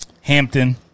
Hampton